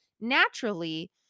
naturally